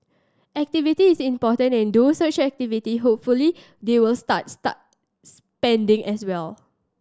activity is important and through such activity hopefully they will start start spending as well